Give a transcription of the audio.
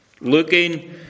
looking